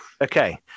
Okay